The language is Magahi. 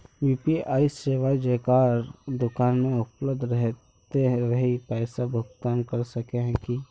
यु.पी.आई सेवाएं जेकरा दुकान में उपलब्ध रहते वही पैसा भुगतान कर सके है की?